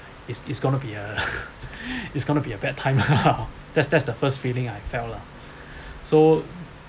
it's it's gonna be a it's gonna be a bad time lah that's that's the first feeling I felt lah so